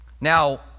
Now